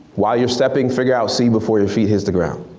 while you're stepping, figure out c before your feet hits the ground.